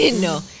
no